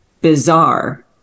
bizarre